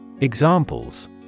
Examples